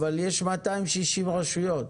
אבל יש מאתיים שישים רשויות,